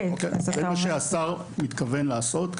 זה מה שהשר מתכוון לעשות.